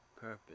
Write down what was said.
purpose